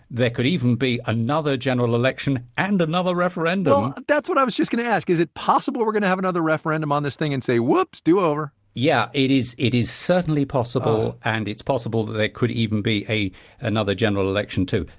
there could even be another general election and another referendum that's what i was just going to ask. is it possible we're going to have another referendum on this thing and say, whoops do-over. yeah, it is. it is certainly possible, and it's possible that there could even be a another general election, too.